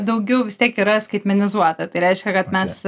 daugiau vis tiek yra skaitmenizuota tai reiškia kad mes